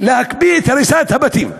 להקפיא את הריסת הבתים,